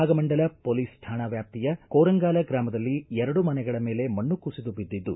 Bhagamandala police ಠಾಣಾ ವ್ಯಾಪ್ತಿಯ ಕೋರಂಗಾಲ ಗ್ರಾಮದಲ್ಲಿ ಎರಡು ಮನೆಗಳ ಮೇಲೆ ಮಣ್ಣು ಕುಸಿದು ಬಿದ್ದಿದ್ದು